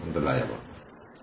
അടിസ്ഥാന IPO scorecard